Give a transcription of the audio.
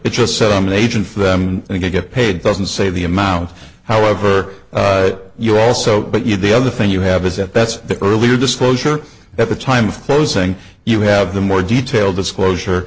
it just said i'm an agent for them and they get paid doesn't say the amount however you also but you the other thing you have is at best the earlier disclosure at the time of closing you have the more detailed disclosure